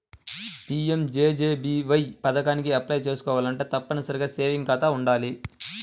PMJJBY పథకానికి apply చేసుకోవాలంటే తప్పనిసరిగా సేవింగ్స్ ఖాతా వుండాలి